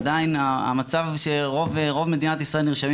עדיין המצב הוא שרוב מדינת ישראל נרשמים